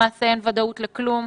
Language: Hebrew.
למעשה אין ודאות לכלום,